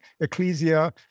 Ecclesia